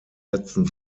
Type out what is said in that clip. netzen